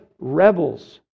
Rebels